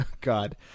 god